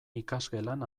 ikasgelan